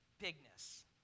Bigness